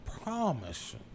promise